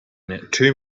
two